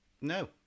no